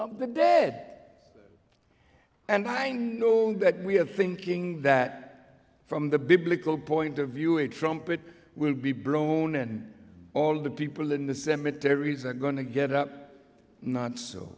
of the dead and i know that we have thinking that from the biblical point of view it from it will be blown and all the people in the cemeteries are going to get up not so